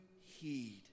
heed